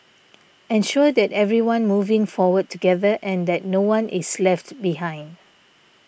ensure that everyone moving forward together and that no one is left behind